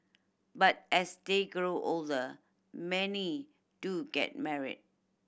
but as they grow older many do get married